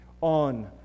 on